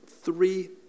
three